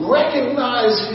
recognize